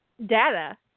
data